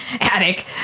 attic